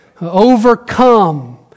Overcome